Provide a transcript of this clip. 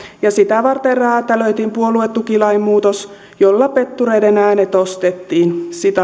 ja sitä varten räätälöitiin puoluetukilain muutos jolla pettureiden äänet ostettiin